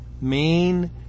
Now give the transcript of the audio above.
main